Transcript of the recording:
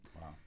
Wow